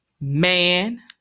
man